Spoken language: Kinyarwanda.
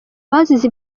bazize